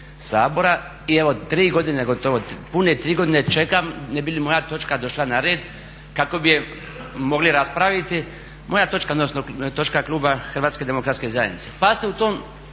Sabora. I evo tri godine gotovo pune tri godine čekam ne bi li moja točka došla na red kako bi je mogli raspraviti, moja točka, odnosno točka kluba Hrvatske zajednice.